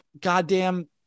goddamn